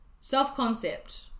Self-concept